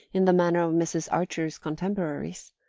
in the manner of mrs. archer's contemporaries.